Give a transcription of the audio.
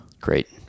Great